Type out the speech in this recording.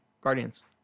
Guardians